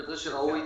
אני חושב שראוי